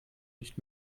nicht